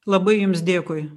labai jums dėkui